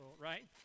right